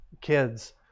kids